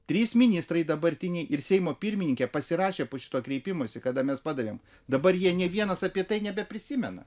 trys ministrai dabartiniai ir seimo pirmininkė pasirašė po šituo kreipimosi kada mes padavėm dabar jie ne vienas apie tai nebeprisimena